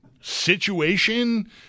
situation